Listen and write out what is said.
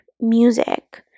music